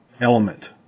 element